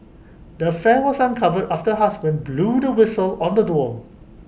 the affair was uncovered after her husband blew the whistle on the duo